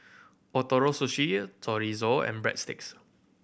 Ootoro Sushi Chorizo and Breadsticks